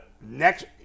Next